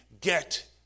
get